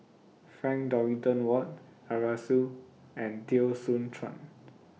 Frank Dorrington Ward Arasu and Teo Soon Chuan